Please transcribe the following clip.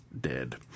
dead